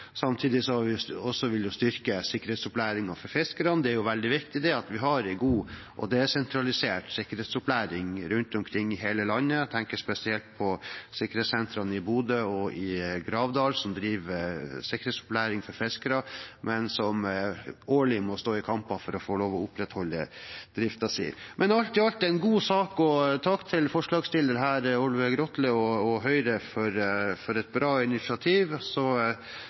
vil vi styrke sikkerhetsopplæringen for fiskere. Det er veldig viktig at vi har en god og desentralisert sikkerhetsopplæring rundt omkring i hele landet. Jeg tenker spesielt på sikkerhetssentrene i Bodø og på Gravdal, som driver med sikkerhetsopplæring for fiskere, men som årlig må stå i kamper for å få lov til å opprettholde driften sin. Alt i alt er dette en god sak. Takk til forslagsstillerne, Olve Grotle og de andre Høyre-representantene, for et bra initiativ.